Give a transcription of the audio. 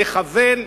לכוון,